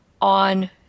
on